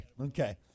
Okay